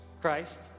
Christ